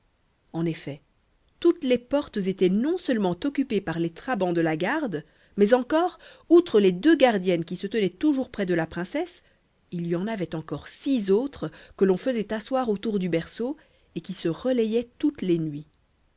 en effet toutes les portes étaient non-seulement occupées par les trabans de la garde mais encore outre les deux gardiennes qui se tenaient toujours près de la princesse il y en avait encore six autres que l'on faisait asseoir autour du berceau et qui se relayaient toutes les nuits